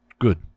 Good